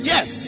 Yes